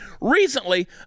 Recently